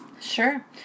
Sure